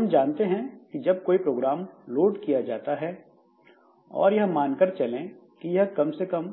हम जानते हैं कि जब कोई प्रोग्राम लोड किया जाता है और यह मानकर चलें कि यह कम से कम